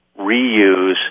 reuse